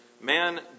Man